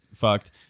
Fucked